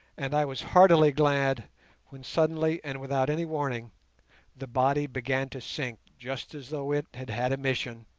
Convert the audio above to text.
and i was heartily glad when suddenly and without any warning the body began to sink just as though it had had a mission,